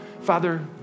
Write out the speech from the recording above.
Father